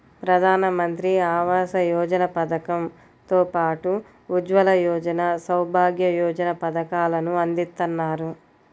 ప్రధానమంత్రి ఆవాస యోజన పథకం తో పాటు ఉజ్వల యోజన, సౌభాగ్య యోజన పథకాలను అందిత్తన్నారు